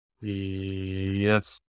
Yes